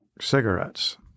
cigarettes